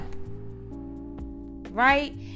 right